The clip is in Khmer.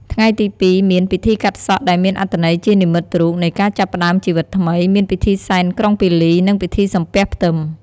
ថ្ងៃទី២ មាន ពិធីកាត់សក់ ដែលមានអត្ថន័យជានិមិត្តរូបនៃការចាប់ផ្តើមជីវិតថ្មី មានពិធីសែនក្រុងពាលី និងពិធីសំពះផ្ទឹម។